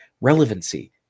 relevancy